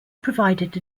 provided